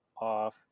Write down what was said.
off